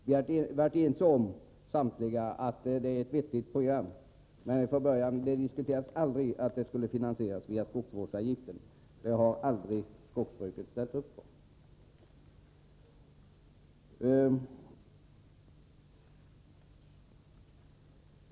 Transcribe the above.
Vi har varit ense om att programmet är vettigt, men det diskuterades aldrig att finansieringen skulle ske över skogsvårdsavgiften. Det har skogsbruket inte ställt upp på.